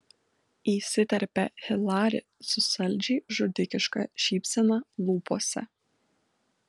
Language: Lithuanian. įsiterpia hilari su saldžiai žudikiška šypsena lūpose